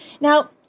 Now